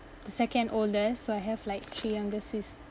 the second oldest so I have like three younger